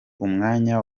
umwanya